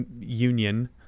union